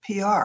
PR